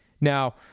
Now